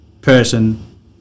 person